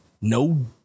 no